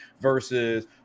versus